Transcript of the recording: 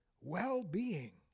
well-being